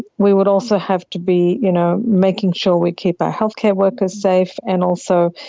we would also have to be you know making sure we keep our healthcare workers safe, and also